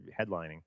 headlining